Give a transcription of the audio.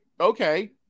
okay